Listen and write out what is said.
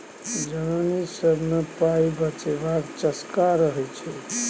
जनानी सब मे पाइ बचेबाक चस्का रहय छै